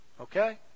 Okay